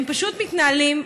הם פשוט מתנהלים,